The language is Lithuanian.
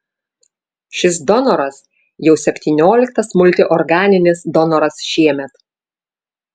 šis donoras jau septynioliktas multiorganinis donoras šiemet